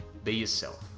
be yourself,